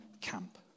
camp